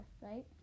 right